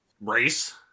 race